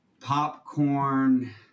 popcorn